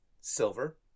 silver